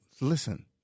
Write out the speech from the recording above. Listen